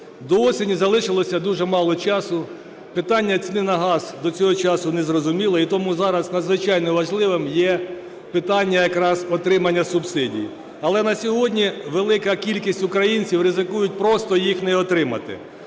До осені залишилося дуже мало часу. Питання ціни на газ до цього часу незрозуміле, і тому зараз надзвичайно важливим є питання якраз отримання субсидій. Але на сьогодні велика кількість українців ризикують просто їх не отримати.